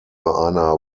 einer